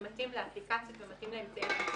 זה מתאים לאפליקציות ומתאים לאמצעי תשלום